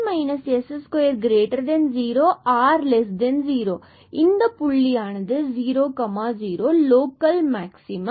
எனவே இந்த 00 புள்ளியானது லோக்கல் மேக்ஸிமம்